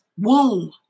womb